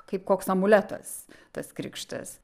kaip koks amuletas tas krikštas